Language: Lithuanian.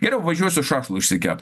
geriau važiuosiu šašlų išsikept